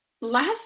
last